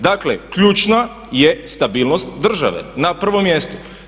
Dakle, ključna je stabilnost države na pravom mjestu.